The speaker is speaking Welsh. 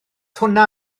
hwnna